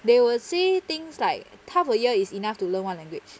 they will say things like half a year is enough to learn one language